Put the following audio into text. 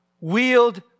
wield